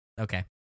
Okay